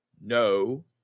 no